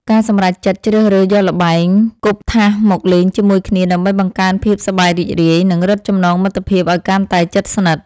ការសម្រេចចិត្តជ្រើសរើសយកល្បែងគប់ថាសមកលេងជាមួយគ្នាដើម្បីបង្កើនភាពសប្បាយរីករាយ និងរឹតចំណងមិត្តភាពឱ្យកាន់តែជិតស្និទ្ធ។